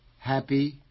Happy